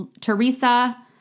Teresa